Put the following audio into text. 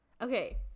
Okay